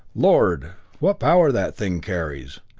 lord what power that thing carries!